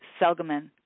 Selgeman